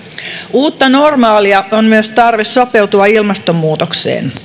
uutta normaalia on myös tarve sopeutua ilmastonmuutokseen